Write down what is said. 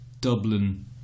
Dublin